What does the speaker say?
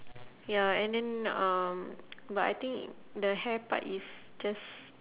ya and then um but I think the hair part it's just